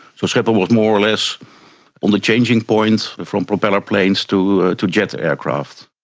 so schiphol was more or less on the changing point from propeller planes to to jet aircraft.